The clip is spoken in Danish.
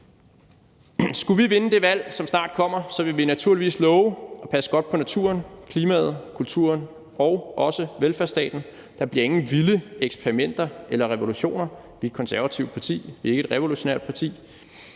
Skulle vi vinde det valg, som snart kommer, så vil vi naturligvis love at passe godt på naturen, klimaet, kulturen og også velfærdsstaten. Der bliver ingen vilde eksperimenter eller revolutioner – vi er et konservativt parti, ikke et revolutionært parti